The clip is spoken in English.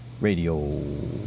radio